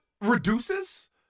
reduces